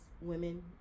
women